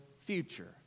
future